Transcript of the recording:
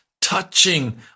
touching